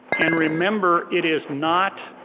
and remember it is not,